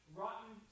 rotten